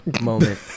moment